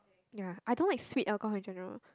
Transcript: ya I don't like sweet alcohol in general